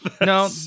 No